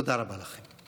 תודה רבה לכם.